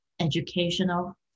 educational